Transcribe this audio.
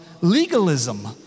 legalism